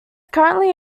currently